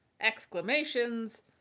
exclamations